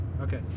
Okay